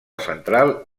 central